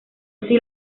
así